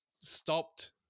stopped